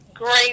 great